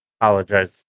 apologize